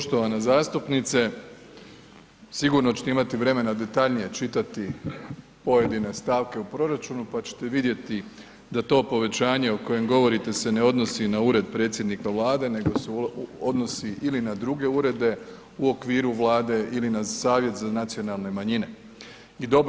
Poštovana zastupnice, sigurno ćete imati vremena detaljnije čitati pojedine stavke u proračunu, pa ćete vidjeti da to povećanje o kojem govorite se ne odnosi na ured predsjednika Vlade, nego se odnosi ili na druge urede u okviru Vlade ili na Savjet za nacionalne manjine i dobro